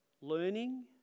learning